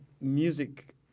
music